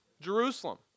Jerusalem